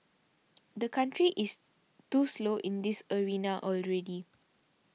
the country is too slow in this arena already